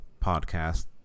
podcast